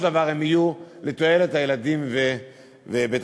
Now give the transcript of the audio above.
דבר הן יהיו לתועלת הילדים ובית-הספר,